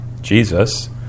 Jesus